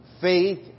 Faith